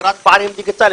לסגירת פערים דיגיטליים.